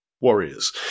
warriors